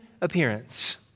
appearance